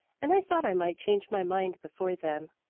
and i thought i might change my mind before then.